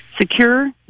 Secure